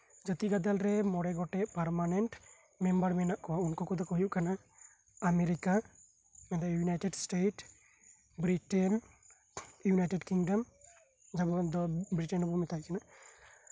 ᱡᱟᱛᱤ ᱜᱟᱫᱮᱞ ᱨᱮ ᱢᱚᱬᱮ ᱜᱚᱴᱮᱱ ᱯᱟᱨᱢᱟᱱᱮᱱᱴ ᱢᱮᱢᱵᱟᱨ ᱢᱮᱱᱟᱜ ᱠᱚᱣᱟ ᱩᱱᱠᱩ ᱠᱚᱫᱚ ᱠᱚ ᱦᱳᱭᱳᱜ ᱠᱟᱱᱟ ᱼ America united state Britain united kingdom ᱡᱟᱦᱟᱸ ᱫᱚ ᱵᱨᱤᱴᱮᱱ ᱨᱮᱵᱚ ᱢᱮᱛᱟᱭ ᱠᱟᱱᱟ